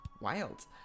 Wild